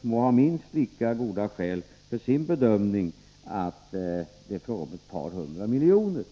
må ha minst lika goda skäl för sin bedömning, nämligen att det är fråga om ett par hundra miljoner kronor.